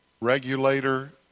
regulator